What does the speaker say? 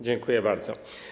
Dziękuję bardzo.